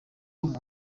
umuntu